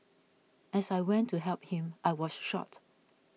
as I went to help him I was shot